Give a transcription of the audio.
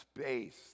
space